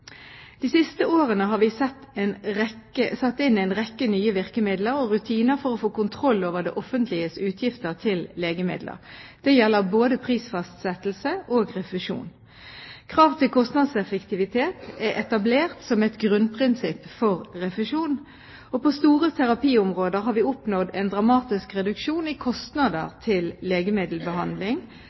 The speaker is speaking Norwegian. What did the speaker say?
De siste årene har vi satt inn en rekke nye virkemidler og rutiner for å få kontroll over det offentliges utgifter til legemidler. Det gjelder både prisfastsettelse og refusjon. Krav til kostnadseffektivitet er etablert som et grunnprinsipp for refusjon, og på store terapiområder har vi oppnådd en dramatisk reduksjon i kostnader til legemiddelbehandling,